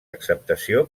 acceptació